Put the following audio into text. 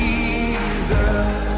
Jesus